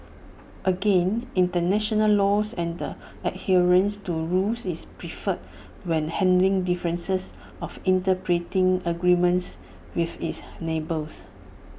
again International laws and the adherence to rules is preferred when handling differences of interpreting agreements with its neighbours